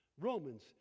Romans